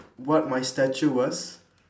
what my statue was